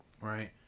right